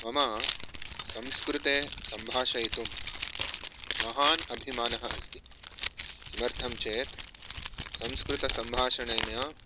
मम संस्कृते सम्भाषयितुं महान् अभिमानः अस्ति किमर्थं चेत् संस्कृतसम्भाषणेन